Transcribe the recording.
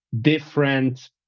different